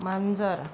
मांजर